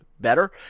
better